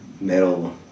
metal